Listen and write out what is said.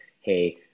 Hey